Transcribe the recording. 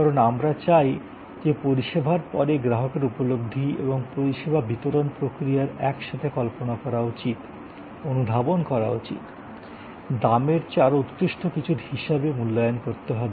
কারণ আমরা চাই যে পরিষেবার পরে গ্রাহকের উপলব্ধি এবং পরিষেবা বিতরণ প্রক্রিয়ার এক সাথে কল্পনা করা উচিত অনুধাবন করা উচিত দামের চেয়ে আরও উৎকৃষ্ট কিছুর হিসাবে মূল্যায়ন করতে হবে